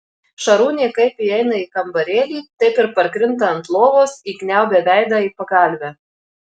šarūnė kaip įeina į kambarėlį taip ir parkrinta ant lovos įkniaubia veidą į pagalvę